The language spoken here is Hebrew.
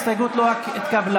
ההסתייגות לא התקבלה.